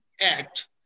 act